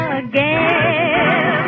again